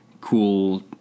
cool